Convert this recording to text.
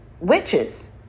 witches